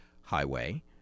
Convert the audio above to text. Highway